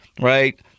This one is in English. right